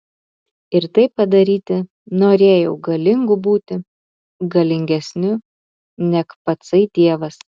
ir tai padaryti norėjau galingu būti galingesniu neg patsai dievas